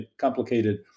complicated